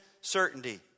certainty